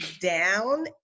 down